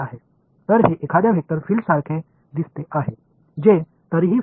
இது பார்ப்பதற்கு இந்தப் பக்கத்தில் வேண்டுமென்றாலும் சுழலும் ஒரு வெக்டர் பீல்டு போல் இருக்கின்றதா